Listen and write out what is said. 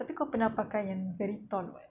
tapi kau pernah pakai yang very tall [what]